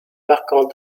marquante